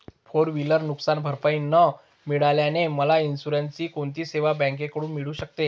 Four wheeler नुकसानभरपाई न मिळाल्याने मला इन्शुरन्सची कोणती सेवा बँकेकडून मिळू शकते?